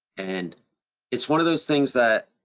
and it's one of those things that